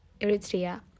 Eritrea